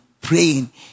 praying